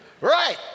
right